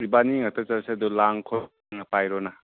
ꯏꯕꯥꯟꯅꯤ ꯉꯥꯛꯇ ꯆꯠꯁꯦ ꯑꯗꯣ ꯂꯥꯡ ꯈꯔ ꯄꯥꯏꯔꯣꯅ